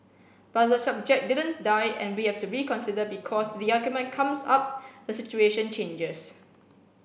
but the subject didn't die and we have to reconsider because the argument comes up the situation changes